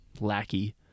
lackey